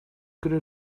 could